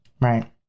Right